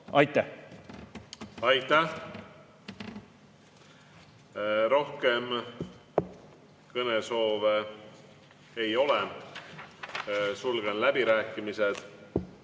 Aitäh! Aitäh! Rohkem kõnesoove ei ole. Sulgen läbirääkimised.